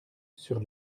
sur